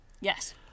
Yes